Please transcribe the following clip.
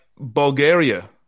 Bulgaria